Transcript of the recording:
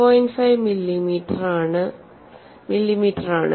5 മില്ലിമീറ്ററാണ്